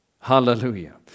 Hallelujah